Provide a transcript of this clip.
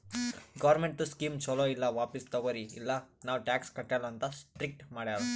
ಗೌರ್ಮೆಂಟ್ದು ಸ್ಕೀಮ್ ಛಲೋ ಇಲ್ಲ ವಾಪಿಸ್ ತಗೊರಿ ಇಲ್ಲ ನಾವ್ ಟ್ಯಾಕ್ಸ್ ಕಟ್ಟಲ ಅಂತ್ ಸ್ಟ್ರೀಕ್ ಮಾಡ್ಯಾರ್